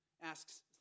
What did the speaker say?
asks